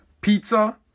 pizza